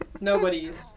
nobody's